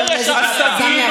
תקרא לזה שלום כמה שבא לך.